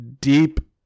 deep